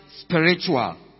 spiritual